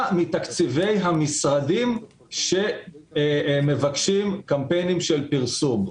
מתקציבי המשרדים שמבקשים קמפיינים של פרסום.